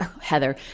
Heather